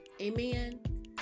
Amen